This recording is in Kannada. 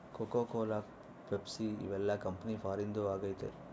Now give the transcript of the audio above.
ಕೋಕೋ ಕೋಲ ಪೆಪ್ಸಿ ಇವೆಲ್ಲ ಕಂಪನಿ ಫಾರಿನ್ದು ಆಗೈತೆ